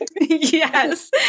Yes